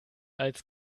als